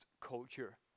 culture